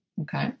Okay